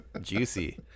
juicy